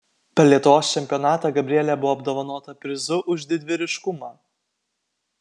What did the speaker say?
per lietuvos čempionatą gabrielė buvo apdovanota prizu už didvyriškumą